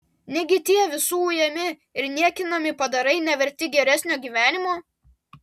negi tie visų ujami ir niekinami padarai neverti geresnio gyvenimo